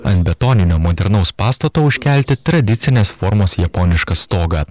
ant betoninio modernaus pastato užkelti tradicinės formos japonišką stogą